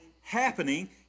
happening